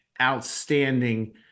outstanding